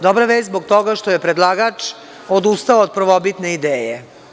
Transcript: Dobra vest, zbog toga što je predlagač odustao od prvobitne ideje.